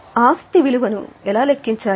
ఇప్పుడు మీరు ఎలా లెక్కించాలి